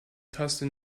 taste